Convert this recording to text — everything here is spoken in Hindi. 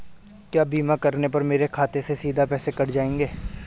क्या बीमा करने पर मेरे खाते से सीधे पैसे कट जाएंगे?